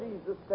Jesus